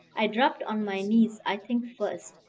i dropped on my knees i think first,